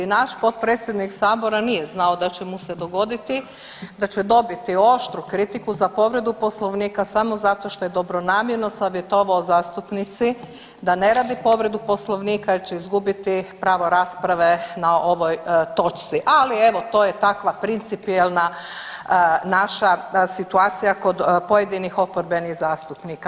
Naš potpredsjednik Sabora nije znao da će mu se dogoditi, da će dobiti oštru kritiku za povredu Poslovnika samo zato što je dobronamjerno savjetovao zastupnici da ne radi povredu Poslovnika jer će izgubiti pravo rasprave na ovoj točci, ali evo to je takva principijelna naša situacija kod pojedinih oporbenih zastupnika.